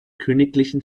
königlichen